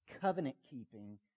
covenant-keeping